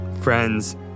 Friends